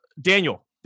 Daniel